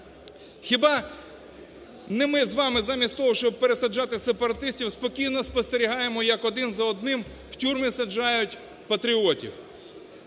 Хіба не ми з вами замість того, щоб пересаджати сепаратистів, спокійно спостерігаємо як один за одним в тюрми саджають патріотів?